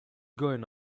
going